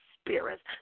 spirits